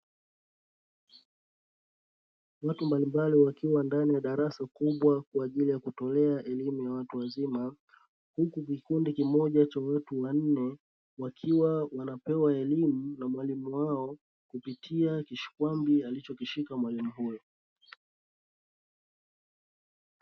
Watu mbalimbali wakiwa ndani ya darasa kubwa kwa ajili ya kutolea elimu ya watu wazima, huku kikundi kimoja cha watu wanne wakiwa wanapewa elimu na mwalimu wao kupitia kishikwambi alichokishika mwalimu huyo.